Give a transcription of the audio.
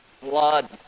blood